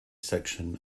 section